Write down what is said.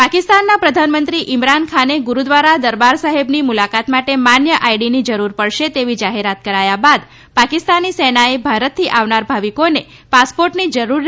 પાકિસ્તાનના પ્રધાનમંત્રી ઇમરાન ખાતે ગુરૂદ્વારા દરબાર સાહેબની મુલાકાત માટે માન્ય આઈડીની જરૂર પડશે તેવી જાહેરાત કરાયા બાદ પાકિસ્તાની સેનાએ ભારતથી આવનાર ભાવિકોને પાસપોર્ટની જરૂર રહેશે તેમ જણાવ્યું હતું